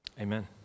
Amen